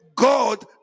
God